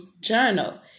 journal